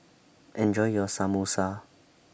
Enjoy your Samosa